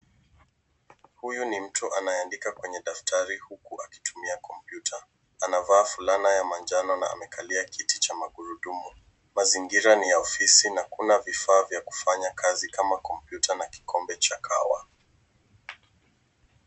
Huyu ni mtu anayeandika kwenye daftari uku akitumia kompyuta. Anavaa fulana ya manjano na amekalia kiti cha magurudumu. Mazingira ni ya ofisi na kuna vifaa vya kufanya kama kompyuta na kikombe cha kahawa.